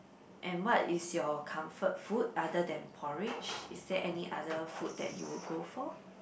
and what is your comfort food other than porridge is there any other food that you would go for